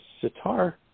sitar